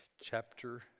Chapter